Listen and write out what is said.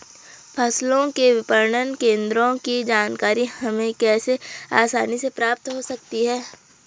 फसलों के विपणन केंद्रों की जानकारी हमें कैसे आसानी से प्राप्त हो सकती?